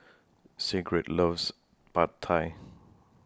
Sigrid loves Pad Thai